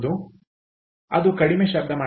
ಆದ್ದರಿಂದ ಅದು ಕಡಿಮೆ ಶಬ್ದವಾಗಿದೆ